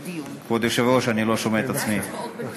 כבוד היושב-ראש, אני לא שומע את עצמי.